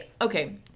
okay